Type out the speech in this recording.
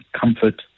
comfort